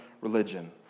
religion